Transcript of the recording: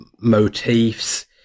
motifs